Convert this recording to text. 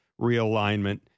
realignment